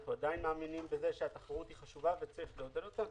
אנחנו עדיין מאמינים בכך שהתחרות חשובה וצריך לעודד אותה.